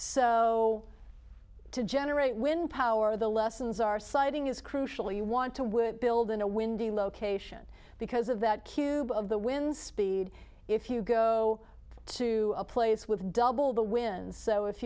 so to generate wind power the lessons are citing is crucial you want to would build in a windy location because of that cube of the wind speed if you go to a place with double the wind so if